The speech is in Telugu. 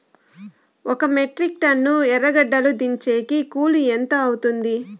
ఒక మెట్రిక్ టన్ను ఎర్రగడ్డలు దించేకి కూలి ఎంత అవుతుంది?